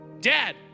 Dad